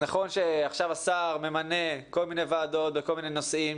נכון שעכשיו השר ממנה כל מיני ועדות בכל מיני נושאים,